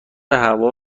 هوا